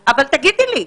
שתיים, אבל תגידי לי.